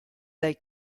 dai